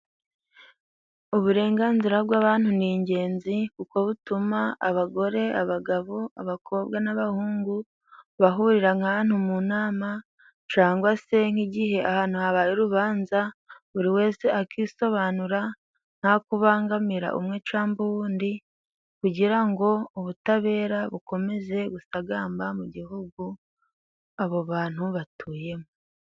Uburenganzira bw'abantu ni ingenzi kuko butuma abagore, abagabo, abakobwa n'abahungu, bahurira nk'ahantu mu nama cyangwa se nk'igihe ahantu habaye urubanza buri wese akisobanura nta kubangamira umwe cyangwa uwundi kugira ngo ubutabera bukomeze gusagamba mu gihugu abo bantu batuyemo.